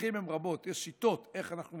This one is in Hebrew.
והדרכים הן רבות, יש שיטות איך אנחנו